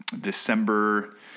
December